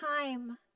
time